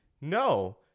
no